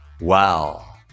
Wow